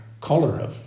cholera